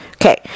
Okay